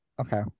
Okay